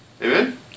Amen